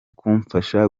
kumfasha